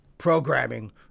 programming